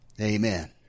Amen